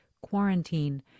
quarantine